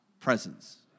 Presence